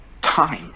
time